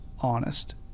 honest